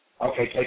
Okay